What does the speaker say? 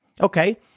Okay